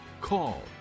call